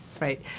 right